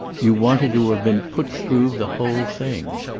you wanted to have been put through the whole thing.